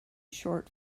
short